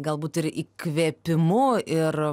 galbūt ir įkvėpimu ir